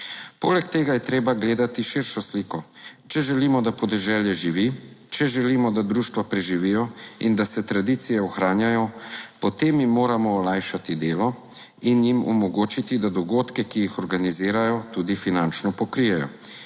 Poleg tega je treba gledati širšo sliko. Če želimo, da podeželje živi, če želimo, da društva preživijo in da se tradicije ohranjajo, potem jim moramo olajšati delo in jim omogočiti, da dogodke, ki jih organizirajo, tudi finančno pokrijejo.